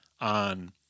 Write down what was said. on